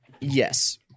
yes